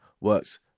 works